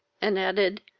and added,